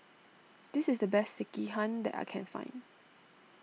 this is the best Sekihan that I can find